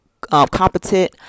competent